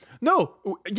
No